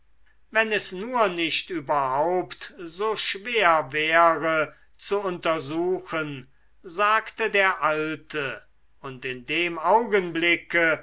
wenn es nur nicht überhaupt so schwer wäre zu untersuchen sagte der alte und in dem augenblicke